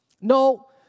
No